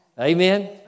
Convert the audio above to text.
Amen